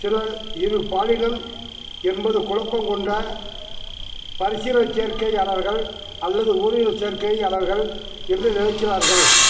சிலர் இரு பாலினம் என்பது குழப்பம் கொண்ட பரிசினச் சேர்க்கையாளர்கள் அல்லது ஓரினச் சேர்க்கையாளர்கள் என்ன நினைக்கிறார்கள்